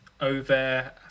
over